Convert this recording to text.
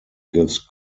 gives